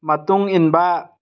ꯃꯇꯨꯡ ꯏꯟꯕ